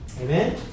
Amen